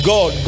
God